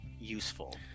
useful